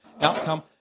Outcome